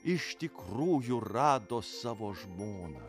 iš tikrųjų rado savo žmoną